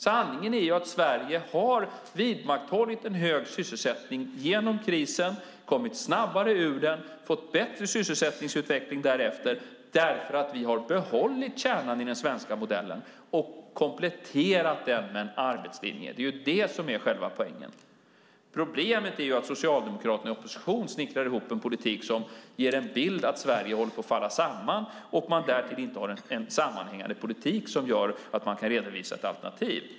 Sanningen är att Sverige har vidmakthållit en hög sysselsättning genom krisen, kommit snabbare ur den och fått bättre sysselsättningsutveckling därefter, därför att vi har behållit kärnan i den svenska modellen och kompletterat den med en arbetslinje. Det är det som är själva poängen. Problemet är att Socialdemokraterna i opposition snickrar ihop en politik som ger en bild av att Sverige håller på att falla samman och att man därför inte har en sammanhängande politik som gör att man kan redovisa ett alternativ.